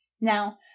now